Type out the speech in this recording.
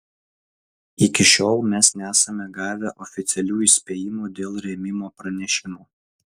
iki šiol mes nesame gavę oficialių įspėjimų dėl rėmimo pranešimų